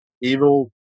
Evil